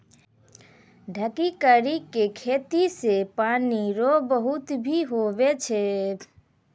ढकी करी के खेती से पानी रो बचत भी हुवै छै